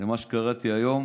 למה שקראתי היום: